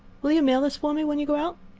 will you mail this for me when you go out?